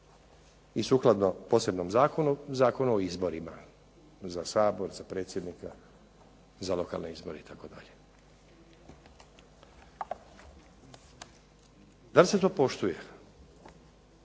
i sukladno posebnom zakonu, Zakonu o izborima, za sabor, za predsjednika, za lokalne izbore itd. DA li se to poštuje?